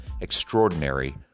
extraordinary